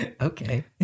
okay